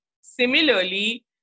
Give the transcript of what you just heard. Similarly